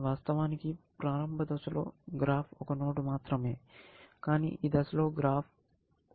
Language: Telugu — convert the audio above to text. వాస్తవానికి ప్రారంభ దశలో గ్రాఫ్ ఒక నోడ్ మాత్రమే కానీ ఈ దశలో గ్రాఫ్ ఉద్భవించింది